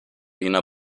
jener